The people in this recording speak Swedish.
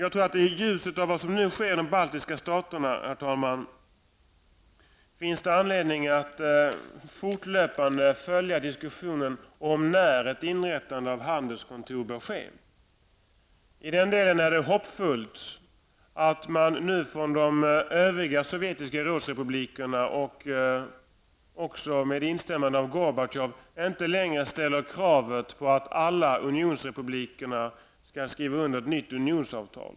I ljuset av vad som nu sker i de baltiska staterna, herr talman, finns det anledning att fortlöpande följa diskussionen om när ett inrättande av handelskontor bör ske. I den delen är det hoppfullt att man nu från de övriga sovjetiska rådsrepublikerna, och med instämmande av Gorbatjov, inte längre ställer kravet att alla unionsrepublikerna skall skriva under ett nytt unionsavtal.